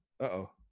uh-oh